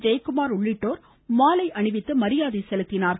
ஜெயக்குமார் உள்ளிட்டோர் மாலை அணிவித்து மரியாதை செலுத்தினர்